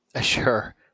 Sure